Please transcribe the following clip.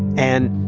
and